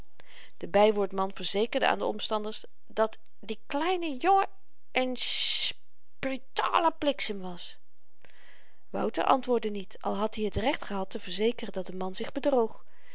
de bywoordman verzekerde aan de omstanders dat die kleine jongen n s s brutale bliksem was wouter antwoordde niet al had i het recht gehad te verzekeren dat de man zich bedroog